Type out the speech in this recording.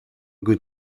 going